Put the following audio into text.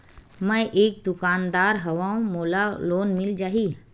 मै एक दुकानदार हवय मोला लोन मिल जाही?